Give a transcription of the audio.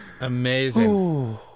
Amazing